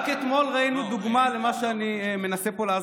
אל תעיר לי, ואל תטיף לי.